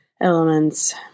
Elements